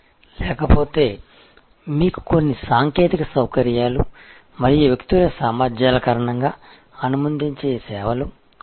లేకపోతే మీకు కొన్ని సాంకేతిక సౌకర్యాలు మరియు వ్యక్తుల సామర్థ్యాల కారణంగా అనుమతించే సేవలు ఉన్నాయి